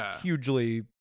hugely